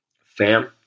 Fam